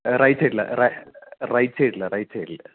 right സൈഡിൽ right സൈഡിൽ right സൈഡിൽ